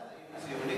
אז היו ציונים?